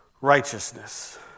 righteousness